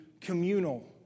communal